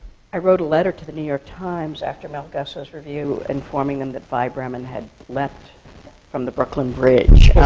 i wrote a letter to the new york times after mel gussow's review, informing them that vi bremmen had leapt from the brooklyn bridge